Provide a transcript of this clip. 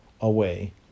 away